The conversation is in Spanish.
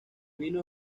vino